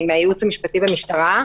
מהייעוץ המשפטי למשטרה.